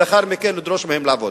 ולאחר מכן לדרוש מהם לעבוד.